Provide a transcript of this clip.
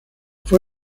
fue